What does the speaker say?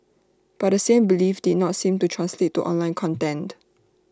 but the same belief did not seem to translate to online content